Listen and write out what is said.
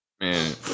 Man